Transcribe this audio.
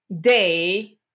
Day